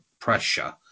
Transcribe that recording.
pressure